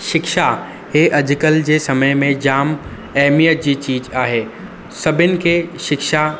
शिक्षा हीअ अॼुकल्ह जे समय में जाम अहमियतु जी चीज आहे सभिनि खे शिक्षा